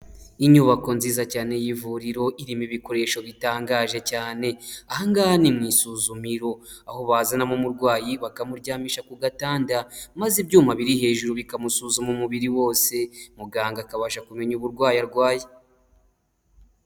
N inyubako nziza cyane y'ivuriro irimo ibikoresho bitangaje cyane ahangahe mu isuzumiro aho bazanamo umurwayi bakamuryamisha ku gatanda maze ibyuma biri hejuru bikamusuzuma umubiri wose muganga akabasha kumenya uburwayi arwaye.